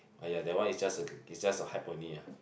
ya that one is just a is just a hype only ah